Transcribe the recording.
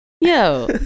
yo